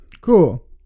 Cool